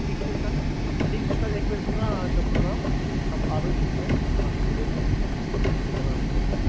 ठीक छै सर ठीक छै सर एक बेर पुनः अहाँकेँ प्रणाम हम आबै छी फेर अहाँसँ मिलय ला ठीक छै प्रणाम सर